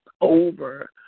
over